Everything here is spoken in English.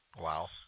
Wow